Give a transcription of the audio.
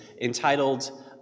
entitled